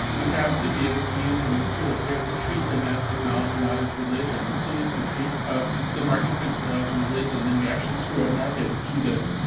we have to be able to use them as tools. we have to treat them as technology not as religion. as soon as we treat ah the market principle as religion then we actually screw up markets even,